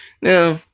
now